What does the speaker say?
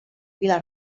vila